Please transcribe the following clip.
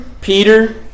Peter